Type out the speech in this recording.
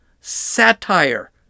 Satire